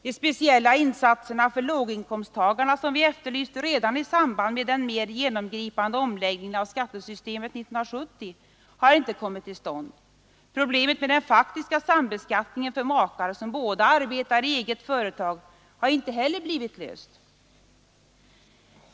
De speciella insatser för låginkomsttagarna som vi efterlyste redan i samband med den mer genomgripande omläggningen av skattesystemet 1970 har inte kommit till stånd. Problemet med den faktiska sambeskattningen för makar som båda arbetar i eget företag har inte heller blivit löst.